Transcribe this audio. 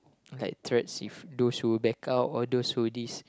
like threats if those who back up all those who this